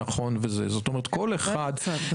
הוא קודם כל של הוריו לפני שהוא של אלמנתו.